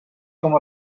com